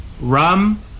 Rum